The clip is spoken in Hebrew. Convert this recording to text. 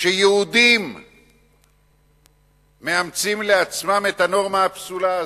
שיהודים מאמצים לעצמם את הנורמה הפסולה הזאת.